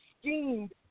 schemed